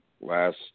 last